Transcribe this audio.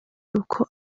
uko